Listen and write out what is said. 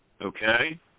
Okay